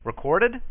Recorded